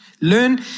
Learn